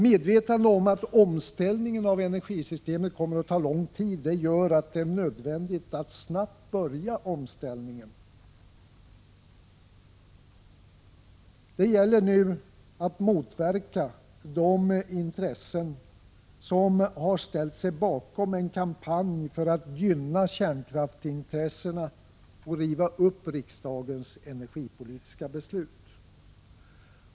Medvetandet om att omställningen av energisystemet kommer att ta lång tid gör att det är nödvändigt att snabbt börja omställningen. Det gäller nu att motverka de intressen som har ställt sig bakom en kampanj för att gynna kärnkraftsintressena och riva upp riksdagens energipolitiska beslut.